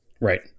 Right